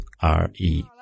R-E